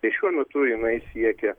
tai šiuo metu jinai siekia